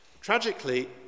tragically